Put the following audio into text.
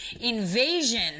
invasion